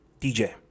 DJ